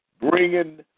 bringing